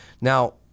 Now